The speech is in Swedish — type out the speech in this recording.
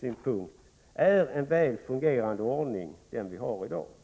synpunkt är en väl fungerande ordning som vi har i dag.